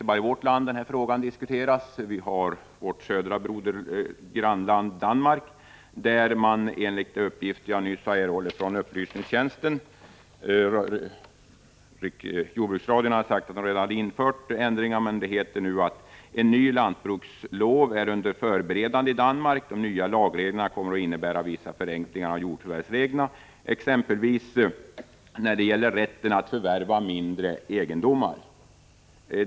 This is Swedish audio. I radions jordbruksprogram har sagts att ändringar redan införts i vårt södra grannland Danmark, men enligt uppgifter jag nyss har erhållit från utredningstjänsten heter det nu att en ny lantbrukslov är under förberedande i Danmark. De nya lagreglerna kommer att innebära vissa förenklingar av jordbruksförvärvsreglerna, exempelvis när det gäller rätten att förvärva mindre egendomar.